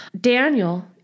Daniel